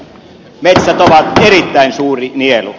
metsät ovat erittäin suuri nielu